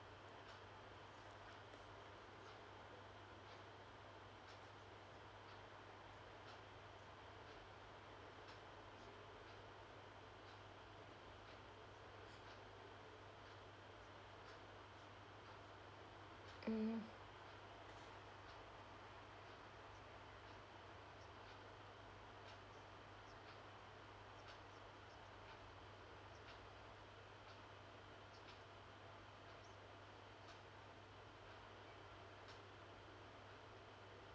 mm